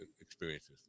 experiences